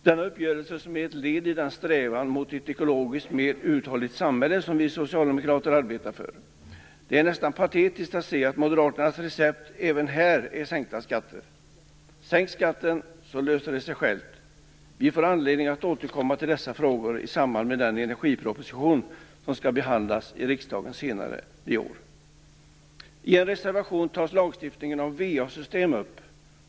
Denna uppgörelse är ett led i den strävan mot ett ekologiskt mer uthålligt samhälle som vi socialdemokrater arbetar för. Det är nästan patetiskt att se att moderaternas recept även här är sänkta skatter. Sänk skatten så löser det sig självt. Vi får anledning att återkomma till dessa frågor i samband med den energiproposition som skall behandlas i riksdagen senare i år. I en reservation tas lagstiftningen om va-system upp.